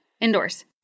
indoors